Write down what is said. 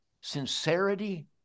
sincerity